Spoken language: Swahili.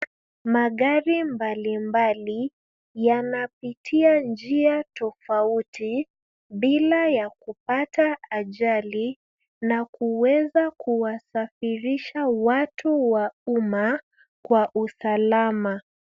Magari mbali mbali yanapitia njia tofauti bula ya kupata ajali na kuweza kuwasafirisha watu wa umma kwa usalama.